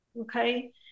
okay